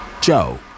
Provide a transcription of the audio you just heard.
Joe